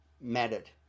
mattered